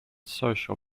social